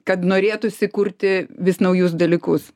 kad norėtųsi kurti vis naujus dalykus